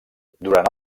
durant